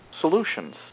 solutions